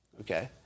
Okay